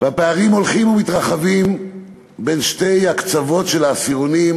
והפערים הולכים ומתרחבים בין שני הקצוות של העשירונים,